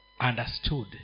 understood